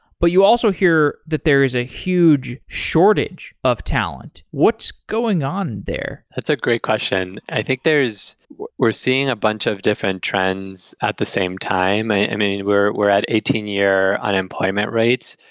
but you also hear that there is a huge shortage of talent. what's going on there? that's a great question. i think there is we're seeing a bunch of different trends at the same time. i mean, we're we're at eighteen year unemployment rates.